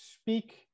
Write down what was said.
speak